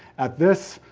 at this,